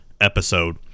episode